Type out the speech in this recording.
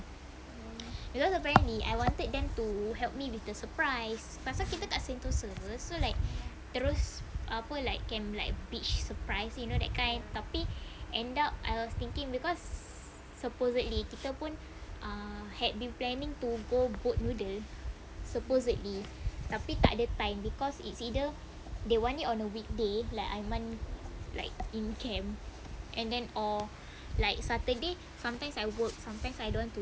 because apparently I wanted them to help me with the surprise pasal kita kat sentosa [pe] so like terus apa like can like beach surprise you know that kind tapi end up I was thinking because supposedly kita pun ah had been planning to go boat noodles supposedly tapi tak ada time because it's either they want it on a weekday like aiman like in camp and then or like saturday sometimes I work sometimes I don't want to